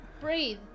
Breathe